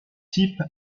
type